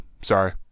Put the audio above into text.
Sorry